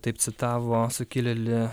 taip citavo sukilėlį